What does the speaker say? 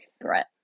threat